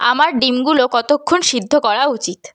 আমার ডিমগুলো কতক্ষণ সিদ্ধ করা উচিত